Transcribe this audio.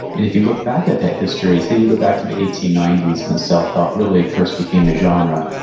if you look back at that history, say you go back to the eighteen ninety s when self-help really first became a genre,